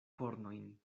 kornojn